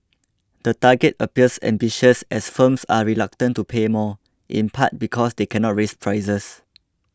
the target appears ambitious as firms are reluctant to pay more in part because they cannot raise prices